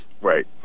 right